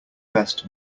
best